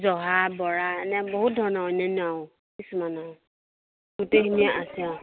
জহা বৰা এনে বহুত ধৰণৰ অন্যান্য অ কিছুমান আৰু গোটেইখিনি আছে আৰু